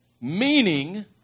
Meaning